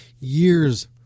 years